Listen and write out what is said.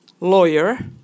Lawyer